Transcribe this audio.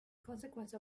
consequence